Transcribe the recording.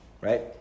right